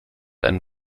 einen